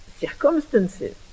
circumstances